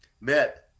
met